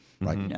Right